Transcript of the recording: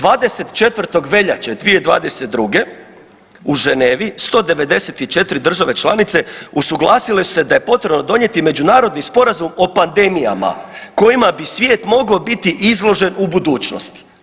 24. veljače 2022. u Ženevi, 194 države članice usuglasile su se da je potrebno donijeti međunarodni sporazum o pandemijama kojima bi svijet mogao biti izložen u budućnosti.